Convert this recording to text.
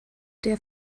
der